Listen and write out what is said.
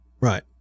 Right